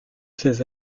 ces